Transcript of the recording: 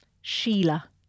Sheila